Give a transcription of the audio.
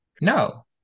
No